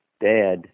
Dad